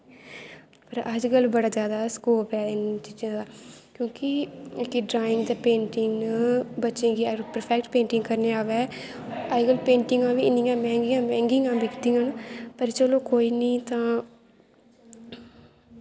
पर अजकल्ल बड़ा जैदा स्कोप ऐ टीचर दा क्योंकि इक ड्राइंग ते पेंटिंग अगर बच्चें गी प्रफैक्ट पेंटिंग करनी आ'वै अजकल्ल पेंटिंगां बी इन्नियां मैंह्गियां मैंह्गियां बिकदियां न पर चलो कोई निं ते